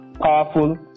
powerful